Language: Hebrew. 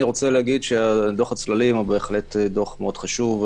ראשית, דוח הצללים הוא בהחלט דוח חשוב,